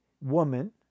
woman